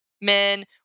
men